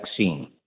vaccine